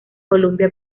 columbia